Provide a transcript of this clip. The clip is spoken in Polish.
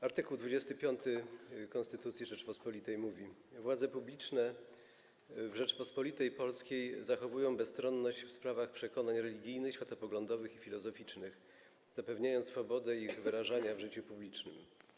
Art. 25 Konstytucji Rzeczypospolitej mówi: Władze publiczne w Rzeczypospolitej Polskiej zachowują bezstronność w sprawach przekonań religijnych, światopoglądowych i filozoficznych, zapewniając swobodę ich wyrażania w życiu publicznym.